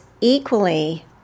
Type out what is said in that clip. equally